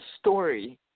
story